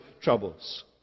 troubles